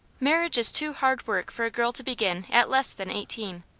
marriage is too hard work for a girl to begin at less than eighteen.